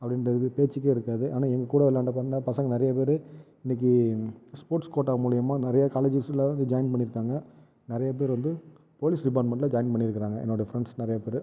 அப்படிந்த இது பேச்சுக்கே இருக்காது ஆனால் எங்கள் கூட விளையாண்ட பசங்க நிறைய பேர் இன்றைக்கி ஸ்போர்ட்ஸ் கோட்டால் மூலிமா நிறைய காலேஜ்ஸ் ஜாயின் பண்ணிருக்காங்கள் நிறைய பேர் வந்து போலிஸ் டிப்பார்மன்ட்டில் ஜாயின் பண்ணி இருக்காங்கள் என்னுடைய ஃப்ரெண்ட்ஸ் நிறைய பேரு